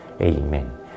Amen